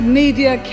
media